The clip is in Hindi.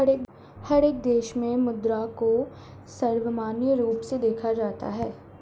हर एक देश में मुद्रा को सर्वमान्य रूप से देखा जाता है